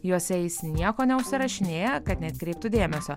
juose jis nieko neužsirašinėja kad neatkreiptų dėmesio